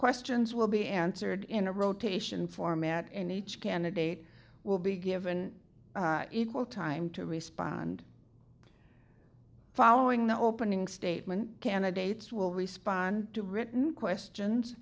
questions will be answered in a rotation format in each candidate will be given equal time to respond following the opening statement candidates will respond to written questions